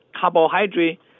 carbohydrate